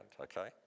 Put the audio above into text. okay